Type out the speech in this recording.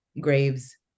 graves